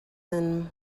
and